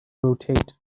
rotate